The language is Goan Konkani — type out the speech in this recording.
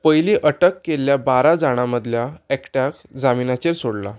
पयलीं अटक केल्ल्या बारा जाणां मदल्या एकट्याक जामिनाचेर सोडलां